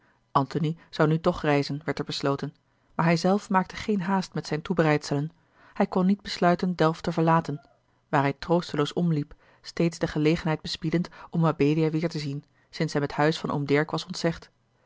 antony zou nu toch reizen werd er besloten maar hij zelf maakte geene haast met zijne toebereidselen hij kon niet besluiten delft te verlaten waar hij troosteloos omliep steeds de gelegenheid bespiedend om mabelia weêr te zien sinds hem het huis van oom dirk was ontzegd